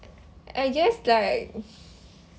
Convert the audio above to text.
I guess like